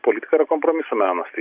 politika yra kompromisų menas tai